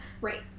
Right